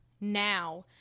now